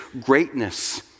greatness